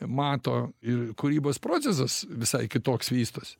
mato ir kūrybos procesas visai kitoks vystosi